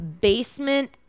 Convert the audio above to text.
basement